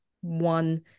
one